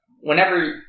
whenever